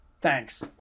Thanks